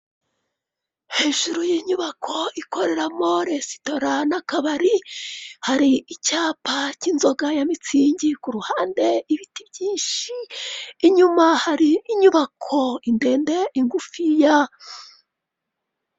Hejuru yinyubako ikoreramo resitora n'akabari, hari icyapa cy'inzoga ya mitsingi, ku ruhande ibiti byinshi, inyuma hari inyubako ndende ngufiya.